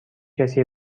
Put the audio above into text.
کسی